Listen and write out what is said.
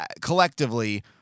collectively